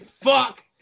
fuck